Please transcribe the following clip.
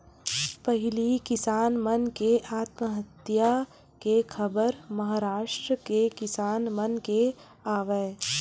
पहिली किसान मन के आत्महत्या के खबर महारास्ट के किसान मन के आवय